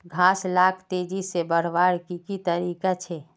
घास लाक तेजी से बढ़वार की की तरीका छे?